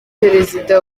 perezida